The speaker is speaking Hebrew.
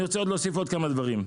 אני רוצה עוד להוסיף כמה דברים.